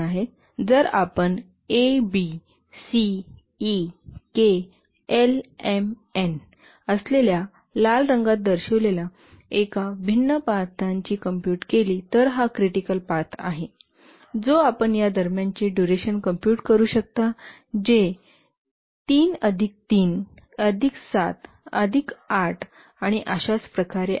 जर आपण A B C E K L M N असलेल्या लाल रंगात दर्शविलेल्या एका भिन्न पथांची कॉम्पूट केली तर हा क्रिटिकल पाथ आहे जो आपण या दरम्यानच्या डुरेशनची कॉम्पूट करू शकता जे 3 अधिक 3 अधिक 7 अधिक 8 आणि अशाच प्रकारे आहे